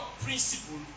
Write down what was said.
principle